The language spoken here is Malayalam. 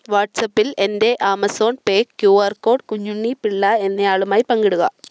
വാട്ട്സ്ആപ്പിൽ എൻ്റെ Amazon Pay Q R code Kunjunni Pillai എന്നയാളുമായി പങ്കിടുക